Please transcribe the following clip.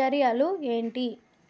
చర్యలు ఏంటి?